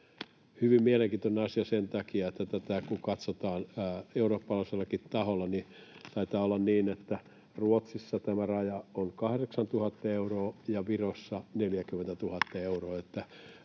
hyvin mielenkiintoinen asia sen takia, että kun tätä katsotaan eurooppalaisellakin tasolla, niin taitaa olla niin, että Ruotsissa tämä raja on 8 000 euroa ja Virossa 40 000 euroa,